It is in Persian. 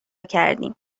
کردیم